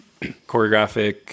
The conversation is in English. choreographic